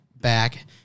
back